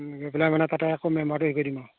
গৈ পেলাই মানে তাতে আকৌ মেম্বাৰটো হেৰি কৰি দিম আৰু